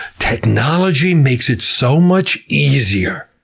technology makes it so much easier.